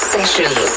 Sessions